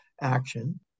action